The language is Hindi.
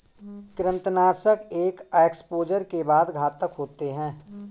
कृंतकनाशक एक एक्सपोजर के बाद घातक होते हैं